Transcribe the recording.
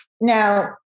Now